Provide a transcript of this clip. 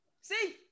See